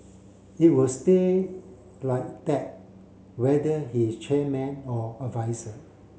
it will stay like that whether he is chairman or adviser